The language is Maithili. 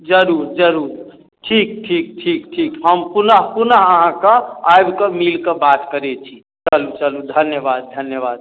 जरूर जरूर ठीक ठीक ठीक ठीक हम पुनः पुनः अहाँक आबि कऽ मिलकऽ बात करैत छी चलू चलू धन्यवाद धन्यवाद